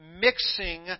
mixing